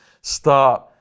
start